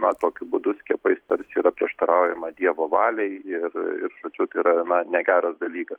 na tokiu būdu skiepais tarsi yra prieštaraujama dievo valiai ir ir žodžiu tai yra na negeras dalykas